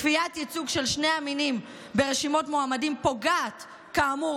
כפיית ייצוג של שני המינים ברשימות מועמדים פוגעת כאמור